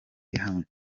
ihamye